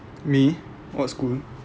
me what school